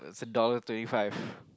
a dollar twenty five